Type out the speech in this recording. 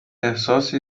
احساسی